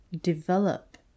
develop